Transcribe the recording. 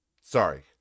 Sorry